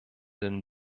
dem